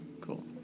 cool